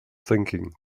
thinking